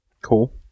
Cool